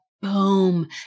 boom